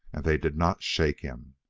and they did not shake him.